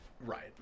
Right